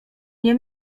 nie